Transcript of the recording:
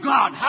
God